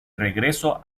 regreso